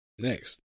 Next